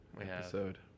episode